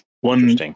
One